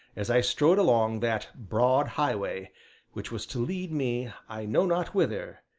as i strode along that broad highway which was to lead me i knew not whither,